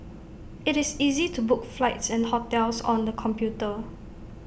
IT is easy to book flights and hotels on the computer